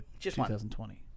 2020